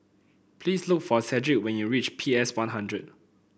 please look for Cedrick when you reach P S One Hundred